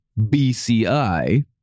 BCI